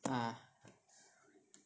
ah